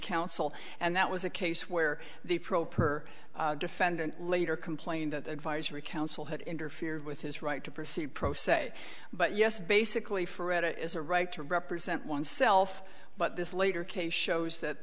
council and that was a case where the pro per defendant later complained that the advisory council had interfered with his right to proceed pro se but yes basically for it it is a right to represent oneself but this later case shows that